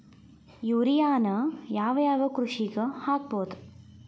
ಯೂರಿಯಾನ ಯಾವ್ ಯಾವ್ ಕೃಷಿಗ ಹಾಕ್ಬೋದ?